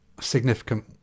significant